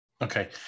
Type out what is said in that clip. Okay